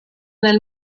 nel